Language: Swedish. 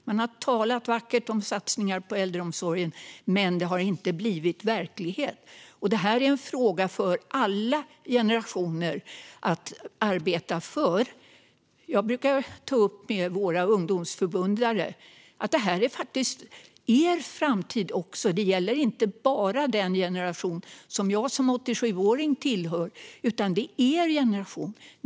Man har talat vackert om satsningar på äldreomsorgen, men det har inte blivit verklighet. Detta är en fråga för alla generationer att arbeta för. Jag brukar ta upp med våra ungdomsförbundare: Detta är faktiskt också er framtid. Det gäller inte bara den generation som jag som 87-åring tillhör, utan det gäller er generation.